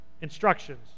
instructions